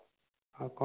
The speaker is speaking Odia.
ଆଉ କଣ